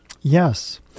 Yes